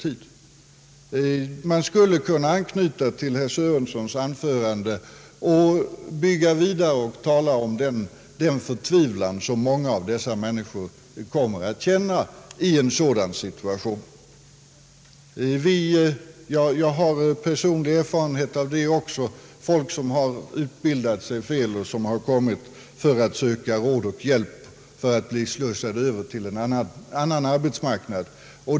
Jag skulle kunna anknyta till herr Sörensons anförande och gå vidare och tala om den förtvivlan som många av dessa människor kommer att känna i en sådan situation. Jag har personlig erfarenhet av hur folk som har utbildat sig fel har kommit för att söka hjälp med att bli slussade över till en annan arbetsmarknad.